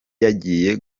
yagiye